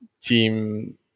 team